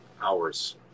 hours